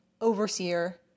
overseer